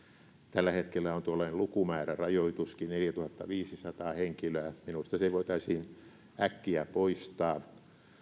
tällä hetkellä on tuollainen lukumäärärajoituskin neljätuhattaviisisataa henkilöä minusta se voitaisiin äkkiä poistaa